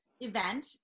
event